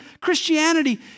Christianity